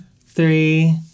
three